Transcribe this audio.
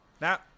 Now